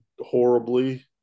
horribly